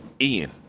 Ian